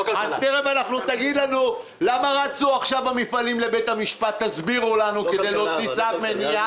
תיכף תגיד לנו: למה רצו עכשיו המפעלים לבית המשפט כדי להוציא צו מניעה?